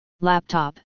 Laptop